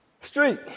street